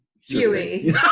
Huey